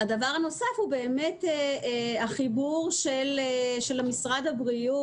דבר נוסף, החיבור של משרד הבריאות.